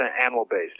animal-based